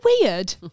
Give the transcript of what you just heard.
weird